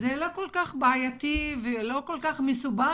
זה לא כל כך בעייתי ולא כל כך מסובך